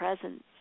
presence